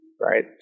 right